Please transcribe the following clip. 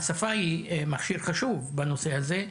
השפה היא מכשיר חשוב בנושא הזה,